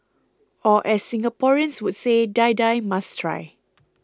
or as Singaporeans would say Die Die must try